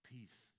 Peace